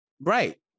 right